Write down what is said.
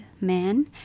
man